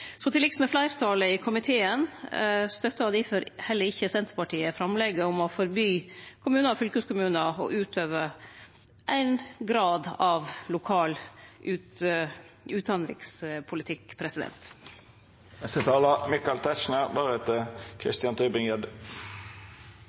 Så til liks med fleirtalet i komiteen støttar difor heller ikkje Senterpartiet framlegget om å forby kommunar og fylkeskommunar å utøve ein grad av lokal utanrikspolitikk.